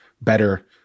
better